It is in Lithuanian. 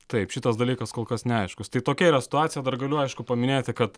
taip šitas dalykas kol kas neaiškus tai tokia yra situacija dar galiu aišku paminėti kad